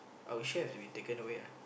our chef we taken away ah